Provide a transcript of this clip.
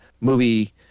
movie